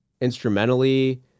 Instrumentally